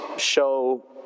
show